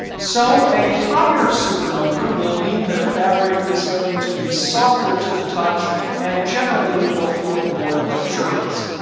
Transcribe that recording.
so a higher super number will mean that a fabric is going to be softer to the touch and generally will feel more like luxurious.